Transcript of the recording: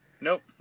Nope